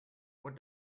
what